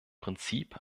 prinzip